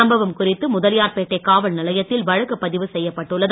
சம்பவம் குறித்து முதலியார்பேட் காவல் நிலையத்தில் வழக்கு பதிவு செய்யப்பட்டு உள்ளது